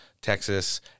Texas